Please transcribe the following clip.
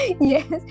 Yes